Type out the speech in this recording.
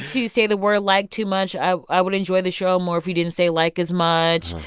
two say the word like too much. i would enjoy the show more if you didn't say like as much.